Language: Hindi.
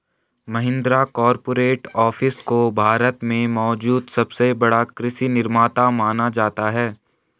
महिंद्रा कॉरपोरेट ऑफिस को भारत में मौजूद सबसे बड़ा कृषि निर्माता माना जाता है